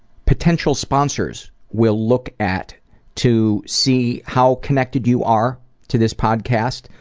potential sponsors will look at to see how connected you are to this podcast,